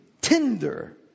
Tender